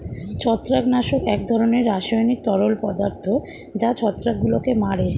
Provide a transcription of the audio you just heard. ছত্রাকনাশক এক ধরনের রাসায়নিক তরল পদার্থ যা ছত্রাকগুলোকে মারে